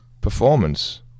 performance